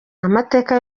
amateka